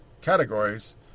categories